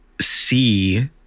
see